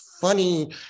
funny